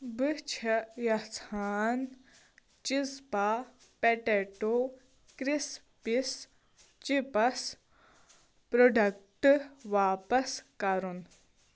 بہٕ چھےٚ یَژھان چِزپا پٮ۪ٹٮ۪ٹو کِرٛسپِس چِپَس پرٛوڈکٹ واپَس کرُن